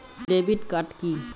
Debit card key?